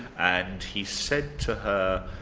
and he said to her,